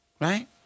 Right